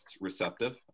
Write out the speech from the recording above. receptive